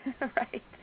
Right